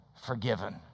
forgiven